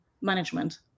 management